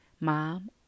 mom